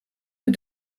het